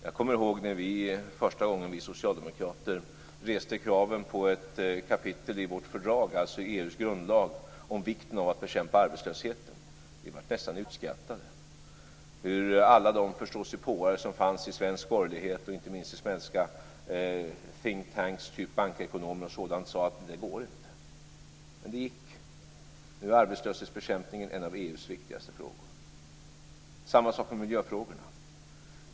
Jag kommer ihåg första gången då vi socialdemokrater reste kraven på ett kapitel i vårt fördrag, alltså EU:s grundlag, och betonade vikten av att bekämpa arbetslösheten. Vi blev nästan utskrattade. Alla förståsigpåare som fanns i svensk borgerlighet, och inte minst i svenska think tanks, typ bankekonomer och liknande, sade att det går inte. Men det gick. Nu är arbetslöshetsbekämpningen en av EU:s viktigaste frågor. Samma sak är det med miljöfrågorna.